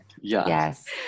yes